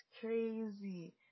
crazy